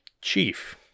Chief